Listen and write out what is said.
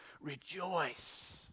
rejoice